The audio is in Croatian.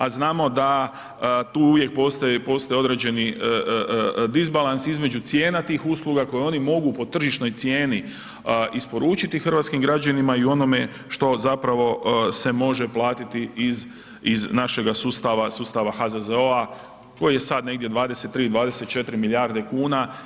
A znamo da tu uvijek postoje određeni disbalans između cijena tih usluga koju oni mogu po tržišnoj cijeni isporučiti hrvatskim građanima i onome što zapravo se može platiti iz našega sustava, sustava HZZO-a koji je sad negdje 23, 24 milijarde kuna.